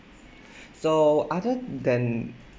so other than